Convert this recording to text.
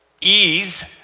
ease